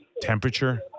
temperature